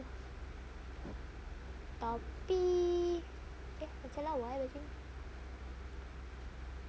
tapi eh macam lawa eh baju